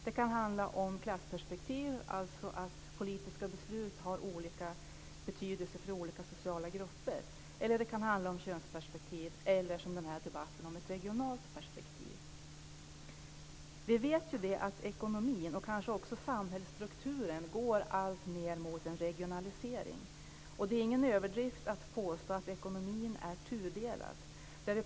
Det kan handla om klassperspektiv, alltså att politiska beslut har olika betydelse för olika sociala grupper. Det kan också handla om könsperspektiv eller, som den här debatten, om ett regionalt perspektiv. Vi vet att ekonomin och kanske också samhällsstrukturen går alltmer mot en regionalisering. Det är ingen överdrift att påstå att ekonomin är tudelad.